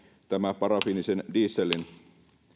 tämä parafiinisen dieselin